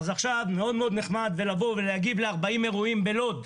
אז עכשיו מאוד מאוד נחמד לבוא ולהגיב ל-40 אירועים בלוד.